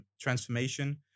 transformation